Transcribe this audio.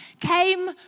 came